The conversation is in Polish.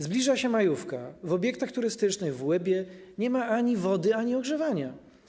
Zbliża się majówka, w obiektach turystycznych w Łebie nie ma ani wody, ani ogrzewania.